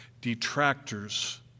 detractors